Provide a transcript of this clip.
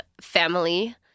family